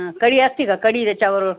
हा कढी असते का कढी त्याच्यावर